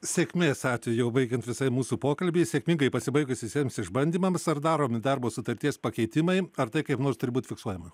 sėkmės atveju jau baigiant visai mūsų pokalbį sėkmingai pasibaigus visiems išbandymams ar daromi darbo sutarties pakeitimai ar tai kaip nors turi būti fiksuojama